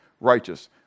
Righteous